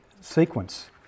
sequence